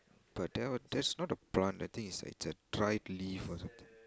but that that's not a plant I think it's it's a dried leaf or something